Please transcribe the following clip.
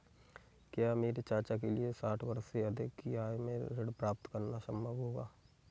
क्या मेरे चाचा के लिए साठ वर्ष से अधिक की आयु में ऋण प्राप्त करना संभव होगा?